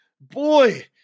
Boy